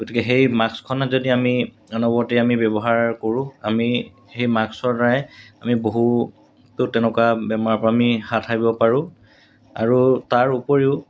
গতিকে সেই মাস্কখনত যদি আমি অনবৰতে আমি ব্যৱহাৰ কৰোঁ আমি সেই মাস্কৰ দ্বাৰাই আমি বহুতো তেনেকুৱা বেমাৰৰপৰা আমি হাত সাৰিব পাৰোঁ আৰু তাৰ উপৰিও